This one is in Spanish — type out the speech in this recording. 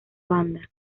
banda